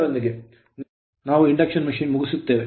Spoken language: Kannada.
ಇದರೊಂದಿಗೆ ನಾವು induction machine ಇಂಡಕ್ಷನ್ ಯಂತ್ರವನ್ನು ಮುಚ್ಚಬೇಕು